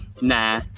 Nah